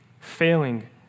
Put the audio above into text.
failing